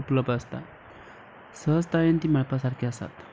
उपलब्ध आसतात सहजतायेन तीं मेळपा सारकीं आसात